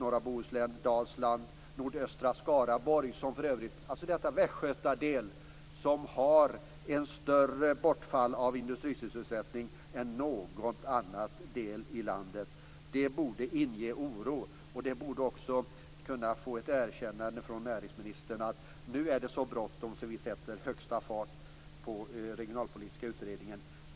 Det gäller norra Bohuslän, Dalsland och nordöstra Skaraborg; den del av Västergötland som har ett större bortfall av industrisysselsättning än någon annan del av landet. Det borde inge oro. Det borde också kunna få ett erkännande från näringsministern att det nu är så bråttom att vi sätter högsta fart på den regionalpolitiska utredningen.